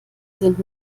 sind